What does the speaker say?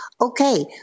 Okay